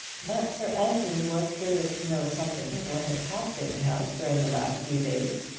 but sir anthony was curious to know something of what had passed in the house during the last few days.